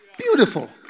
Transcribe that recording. Beautiful